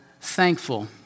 thankful